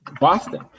Boston